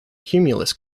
cumulus